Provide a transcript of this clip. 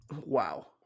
Wow